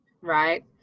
Right